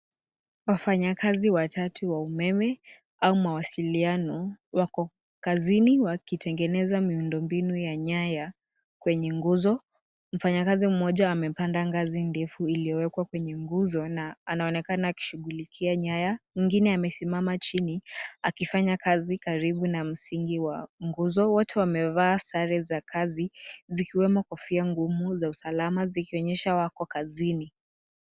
Wafanyakazi watatu wa umeme au mawasiliano wako kazini, wakitengeneza miundo mbinu ya nyaya kwenye nguzo. Mfanyakazi mmoja amepanda ngazi iliyowekwa kwenye nguzo na anaonekana anashughulika nyaya. Mwingine amesimama chini, akifanya kazi karibu na msingi wa nguzo. Wote wamevaa sare za kazi zikiwemo kofia ngumu za usalama zikionyesha kuwa wako kazini